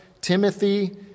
Timothy